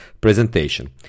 presentation